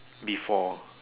before